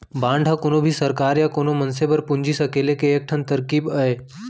bond ह कोनो भी सरकार या कोनो मनसे बर पूंजी सकेले के एक ठन तरकीब अय